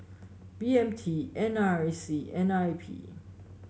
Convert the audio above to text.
B M T N R I C and I P